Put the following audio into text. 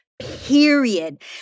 period